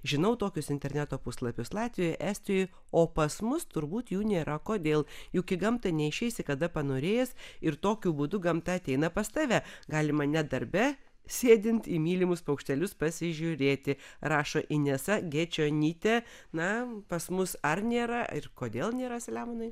žinau tokius interneto puslapius latvijoj estijoj o pas mus turbūt jų nėra kodėl juk į gamtą neišeisi kada panorėjęs ir tokiu būdu gamta ateina pas tave galima net darbe sėdint į mylimus paukštelius pasižiūrėti rašo inesa gečionytė na pas mus ar nėra ir kodėl nėra selemonai